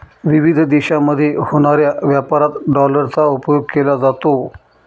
विविध देशांमध्ये होणाऱ्या व्यापारात डॉलरचा उपयोग केला जातो